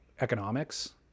economics